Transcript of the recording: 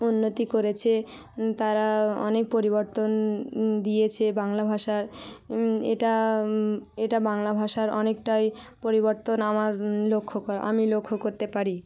উন্নতি করেছে তারা অনেক পরিবর্তন দিয়েছে বাংলা ভাষার এটা এটা বাংলা ভাষার অনেকটাই পরিবর্তন আমার লক্ষ্য করা আমি লক্ষ্য করতে পারি